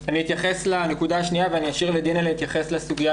אני אתייחס לנקודה השנייה ואני אשאיר לדינה להתייחס לסוגיה